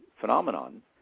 phenomenon